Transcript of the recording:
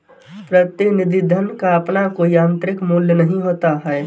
प्रतिनिधि धन का अपना कोई आतंरिक मूल्य नहीं होता है